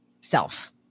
self